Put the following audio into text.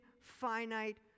finite